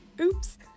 oops